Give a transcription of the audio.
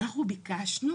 אנחנו ביקשנו